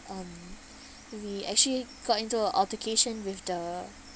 um we actually got into a altercation with the